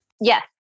yes